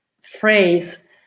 phrase